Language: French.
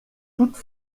toutes